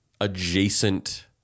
Adjacent